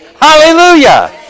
Hallelujah